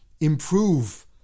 improve